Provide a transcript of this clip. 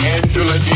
Angela